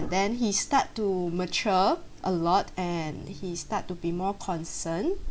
then he start to mature a lot and he start to be more concern